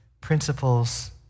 principles